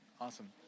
Awesome